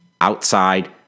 outside